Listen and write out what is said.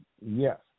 Yes